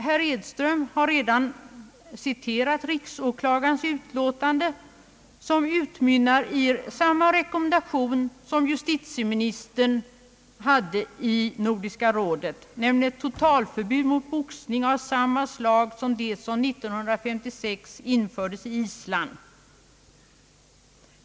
Herr Edström har redan citerat riksåklagarens yttrande, som utmynnar i samma rekommendation som justitieministern gav Nordiska rådet, nämligen ett totalförbud mot boxning av samma slag som det som 1956 infördes i Island.